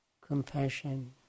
compassion